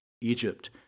Egypt